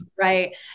right